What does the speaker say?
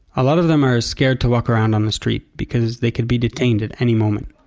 a lot of them are scared to walk around on the street, because they could be detained at any moment